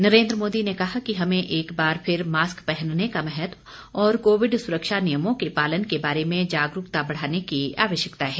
नरेन्द्र मोदी ने कहा कि हमें एक बार फिर मास्क पहनने का महत्व और कोविड सुरक्षा नियमों के पालन के बारे में जागरूकता बढ़ाने की आवश्यकता है